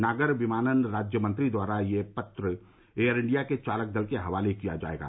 नागर विमानन राज्यमंत्री द्वारा ये पत्र एयर इंडिया के चालक दल के हवाले किया जाएगा